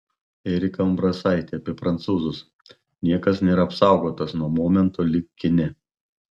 erika umbrasaitė apie prancūzus niekas nėra apsaugotas nuo momento lyg kine